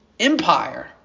empire